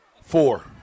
Four